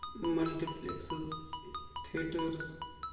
multi پِلیکسٕز theatres